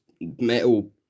metal